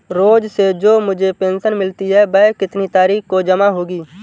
रोज़ से जो मुझे पेंशन मिलती है वह कितनी तारीख को जमा होगी?